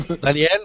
Daniel